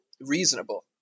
reasonable